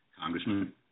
Congressman